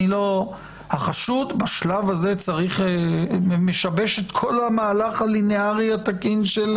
החשוד בשלב הזה משבש את כל המהלך הלינארי התקין של